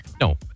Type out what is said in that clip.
No